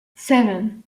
seven